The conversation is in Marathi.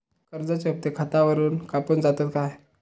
कर्जाचे हप्ते खातावरून कापून जातत काय?